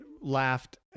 laughed